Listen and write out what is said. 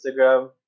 Instagram